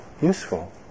useful